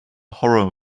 horror